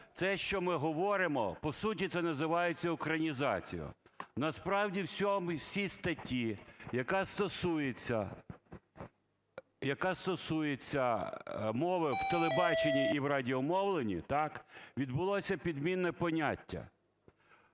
Це, що ми говоримо, по суті це називається українізацією. Насправді в цій статті якраз стосується, яка стосується мови у телебаченні і в радіомовленні, так, відбулася підміна поняття.